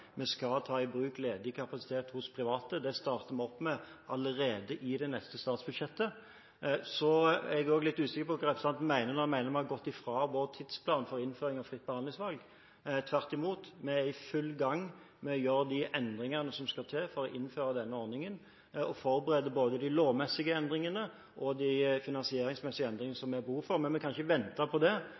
Vi skal ta i bruk ledig kapasitet hos private. Det starter vi opp med allerede i det neste statsbudsjettet. Så er jeg litt usikker på hva representanten mener når han sier vi har gått fra vår tidsplan for innføring av fritt behandlingsvalg. Tvert imot – vi er i full gang med å gjøre de endringene som skal til for å innføre denne ordningen: å forberede både de lovmessige og de finansieringsmessige endringene som det er behov for. Men vi kan ikke vente på det.